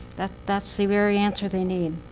that's that's the very answer they need.